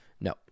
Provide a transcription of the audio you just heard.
No